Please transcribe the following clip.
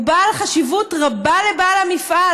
הוא בעל חשיבות רבה לבעל המפעל,